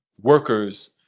workers